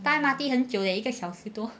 : M_R_T 很久的 leh 一个小时多